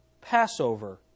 Passover